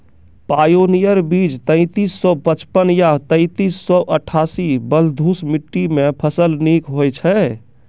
Pioneer बीज तेंतीस सौ पचपन या तेंतीस सौ अट्ठासी बलधुस मिट्टी मे फसल निक होई छै?